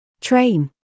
train